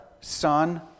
son